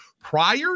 prior